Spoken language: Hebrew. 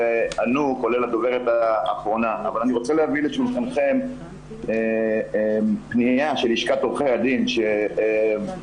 אנחנו חושבים שצריך להקים מוקד חירום לאומי